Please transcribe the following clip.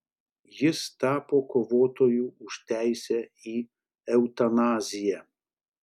jis tapo kovotoju už teisę į eutanaziją